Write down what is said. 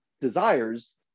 desires